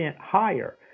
higher